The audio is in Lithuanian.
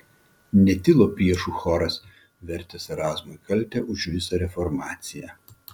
netilo priešų choras vertęs erazmui kaltę už visą reformaciją